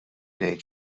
ngħid